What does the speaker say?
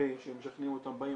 הרבה שמשכנעים אותם באים,